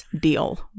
deal